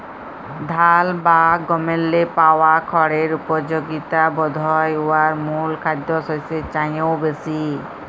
ধাল বা গমেল্লে পাওয়া খড়ের উপযগিতা বধহয় উয়ার মূল খাদ্যশস্যের চাঁয়েও বেশি